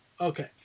Okay